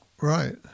right